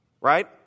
right